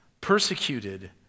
Persecuted